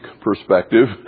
perspective